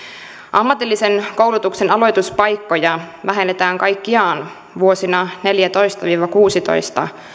ammatillisen koulutuksen aloituspaikkoja vähennetään kaikkiaan vuosina neljätoista viiva kuusitoista